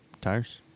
Tires